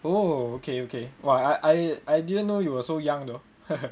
oh okay okay !wah! I didn't know you so young though